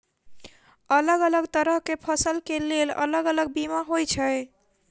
अलग अलग तरह केँ फसल केँ लेल अलग अलग बीमा होइ छै?